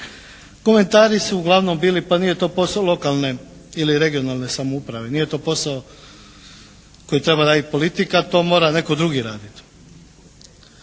komentari su uglavnom bili pa nije to posao lokalne ili regionalne samouprave, nije to posao kojeg treba raditi politika, to treba netko drugi raditi.